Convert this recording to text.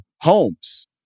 homes